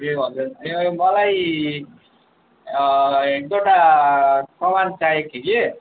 ए हजुर मलाई एक दुईवटा सामान चाहिएको थियो कि